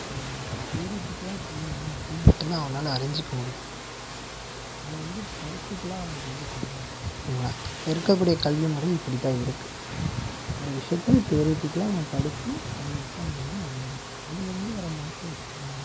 தியரிட்டிகலாக செய்யும்பொழுது அப்படினா மட்டும்தான் அவனால் அறிஞ்சுக்க முடியும் அது வந்து ப்ராக்டிகலாக அவனுக்கு வந்து தெரியாது இப்போ இருக்க கூடிய கல்வி முறை இப்படிதான் இருக்குது ஒரு விஷயத்தை தியரிட்டிகலாக அவன் படிச்சு அதில் எக்ஸாம் எழுதினா அவ்வளோதான் அதுலிருந்து வர மார்க்கை வச்சுதான்